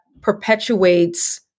perpetuates